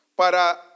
para